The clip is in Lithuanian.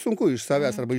sunku iš savęs arba